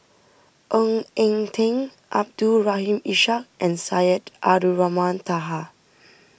Ng Eng Teng Abdul Rahim Ishak and Syed Abdulrahman Taha